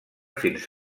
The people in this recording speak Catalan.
fins